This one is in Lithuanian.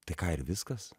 tai ką ir viskas